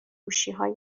گوشیهای